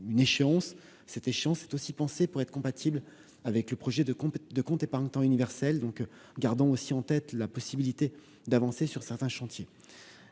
L'échéance a aussi été pensée pour être compatible avec le projet de compte épargne temps universel. Gardons donc aussi en tête la possibilité d'avancer sur certains chantiers.